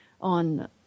on